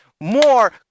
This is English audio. more